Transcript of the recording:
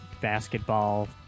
basketball